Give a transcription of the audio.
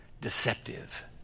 deceptive